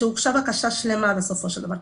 שהוגשה בקשה שלמה, בסופו של דבר.